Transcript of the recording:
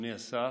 אדוני השר,